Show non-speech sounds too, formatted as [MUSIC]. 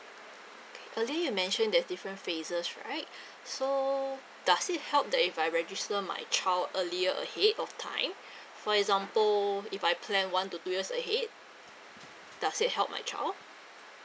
K you mentioned there're different phases right [BREATH] so does it help that if I register my child earlier ahead of time [BREATH] for example if I plan one to two years ahead does it help my child